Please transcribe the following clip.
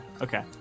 Okay